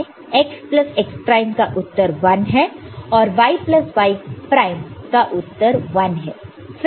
x plus x prime का उत्तर 1 है और y प्लस y प्राइम का उत्तर 1 है